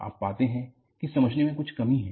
आप पाते हैं कि समझने में कुछ कमी है